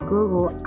Google